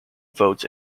votes